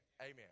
Amen